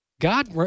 God